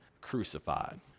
crucified